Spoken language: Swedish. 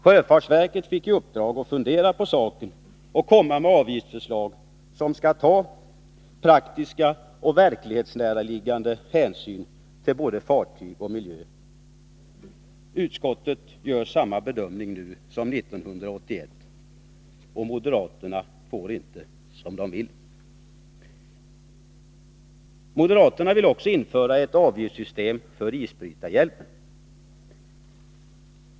Sjöfartsverket fick i uppdrag att fundera på saken och lägga fram ett avgiftsförslag som innebar att man tog praktiska och näraliggande hänsyn till både fartyg och miljö. Utskottet gör samma bedömning nu som 1981. Moderaterna får inte som de vill. Moderaterna vill också införa ett avgiftssystem för isbrytarhjälpen.